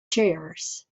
chairs